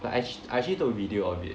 like actua~ I actually took a video of it